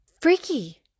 Freaky